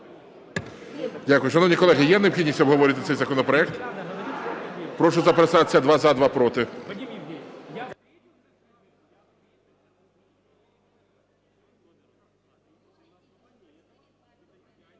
Дякую. Шановні колеги, є необхідність обговорювати цей законопроект? Прошу записатися: два – за, два – проти.